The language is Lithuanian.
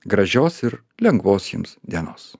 gražios ir lengvos jums dienos